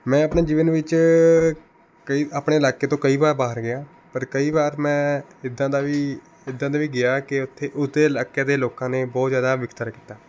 ਮੈਂ ਆਪਣੇ ਜੀਵਨ ਵਿੱਚ ਕਈ ਆਪਣੇ ਇਲਾਕੇ ਤੋਂ ਕਈ ਵਾਰ ਬਾਹਰ ਗਿਆ ਪਰ ਕਈ ਵਾਰ ਮੈਂ ਇੱਦਾਂ ਦਾ ਵੀ ਇੱਦਾਂ ਦਾ ਵੀ ਗਿਆ ਕਿ ਉੱਥੇ ਉੱਥੇ ਦੇ ਇਲਾਕੇ ਦੇ ਲੋਕਾਂ ਨੇ ਬਹੁਤ ਜ਼ਿਆਦਾ ਵਿਤਕਰਾ ਕੀਤਾ